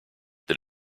that